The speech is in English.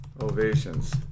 ovations